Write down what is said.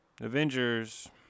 avengers